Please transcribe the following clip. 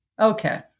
Okay